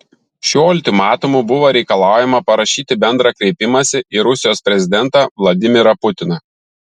šiuo ultimatumu buvo reikalaujama parašyti bendrą kreipimąsi į rusijos prezidentą vladimirą putiną